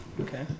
Okay